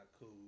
cool